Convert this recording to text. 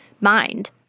mind